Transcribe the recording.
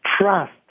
trust